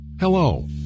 Hello